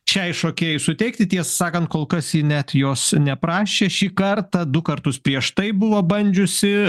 šiai šokėjai suteikti tiesą sakant kol kas ji net jos neprašė šį kartą du kartus prieš tai buvo bandžiusi